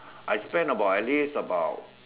I spend about at least about